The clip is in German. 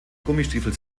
gummistiefel